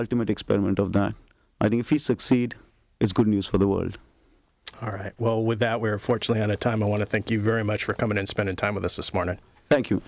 ultimate experiment of that i think if we succeed it's good news for the world all right well with that we are fortunately on a time i want to thank you very much for coming and spending time with us this morning thank you